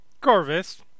Corvus